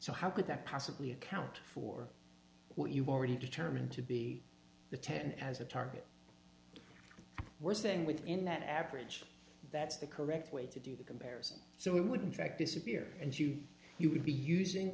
so how could that possibly account for what you've already determined to be the ten as a target we're saying within that average that's the correct way to do the comparison so we wouldn't track disappear and you you would be using